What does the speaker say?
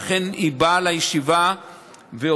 ואכן היא באה לישיבה והודיעה,